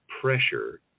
pressure